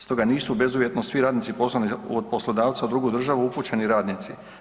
Stoga nisu bezuvjetno svi radnici poslani od poslodavca u drugu državu upućeni radnici.